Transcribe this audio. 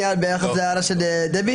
לא.